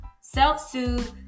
Self-soothe